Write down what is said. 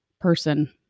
person